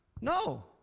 No